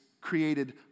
created